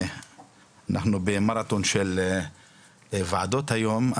אנחנו במרתון של ועדות היום,